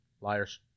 Liars